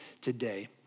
today